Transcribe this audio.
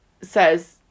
says